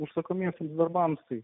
užsakomiesiems darbams